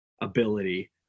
ability